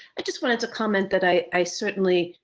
i just wanted to comment that i certainly,